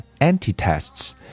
anti-tests